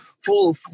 full